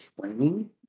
Training